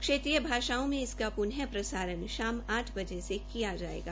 क्षेत्रीय भाषाओं में इसका प्नः प्रसारण शाम आठ बजे से किया जायेगा